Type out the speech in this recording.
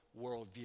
worldview